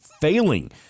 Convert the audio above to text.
failing